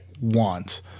want